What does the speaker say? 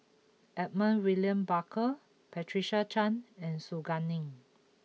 Edmund William Barker Patricia Chan and Su Guaning